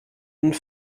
und